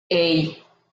hey